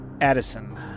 Addison